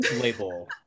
label